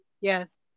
Yes